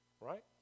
Right